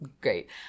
great